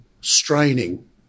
straining